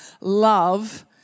love